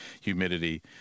humidity